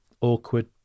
awkward